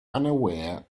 unaware